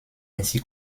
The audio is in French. ainsi